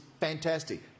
Fantastic